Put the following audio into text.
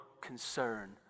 concern